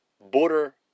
border